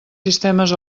sistemes